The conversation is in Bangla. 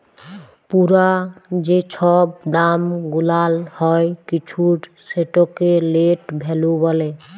পুরা যে ছব দাম গুলাল হ্যয় কিছুর সেটকে লেট ভ্যালু ব্যলে